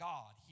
God